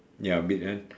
ya a bit eh